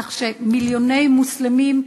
כך שמיליוני מוסלמים,